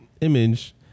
image